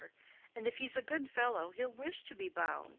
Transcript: and if he's a good fellow, he'll wish to be bound.